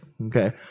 okay